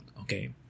Okay